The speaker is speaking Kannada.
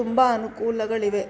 ತುಂಬ ಅನುಕೂಲಗಳಿವೆ